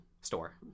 store